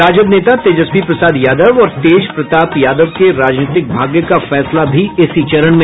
राजद नेता तेजस्वी प्रसाद यादव और तेज प्रताप यादव के राजनीतिक भाग्य का फैसला भी इसी चरण में